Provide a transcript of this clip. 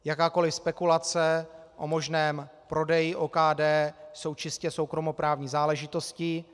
Jakékoli spekulace o možném prodeji OKD jsou čistě soukromoprávní záležitostí.